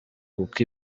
kuko